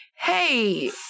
hey